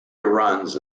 runs